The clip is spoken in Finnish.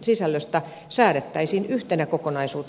sisällöstä säädettäisiin yhtenä kokonaisuutena samassa laissa